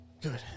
Good